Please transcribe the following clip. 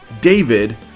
David